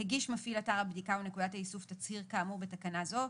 הגיש מפעיל אתר הבדיקה או נקודת האיסוף תצהיר כאמור בתקנה זו,